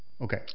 Okay